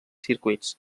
circuits